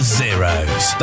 zeros